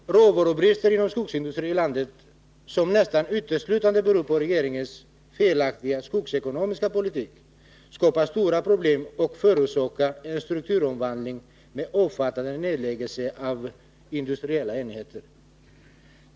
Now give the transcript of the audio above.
Herr talman! Råvarubristen inom skogsindustrin i landet, som nästan uteslutande beror på regeringens felaktiga skogsekonomiska politik, skapar stora problem och förorsakar en strukturomvandling med omfattande nedläggningar av industriella enheter.